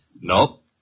Nope